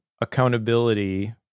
accountability